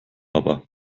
aber